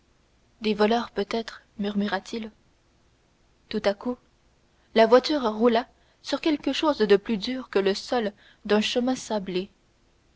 des voleurs peut-être murmura-t-il tout à coup la voiture roula sur quelque chose de plus dur que le sol d'un chemin sablé